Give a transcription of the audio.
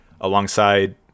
Alongside